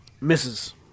Misses